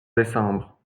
décembre